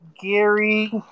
Gary